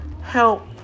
help